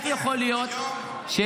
אז אנחנו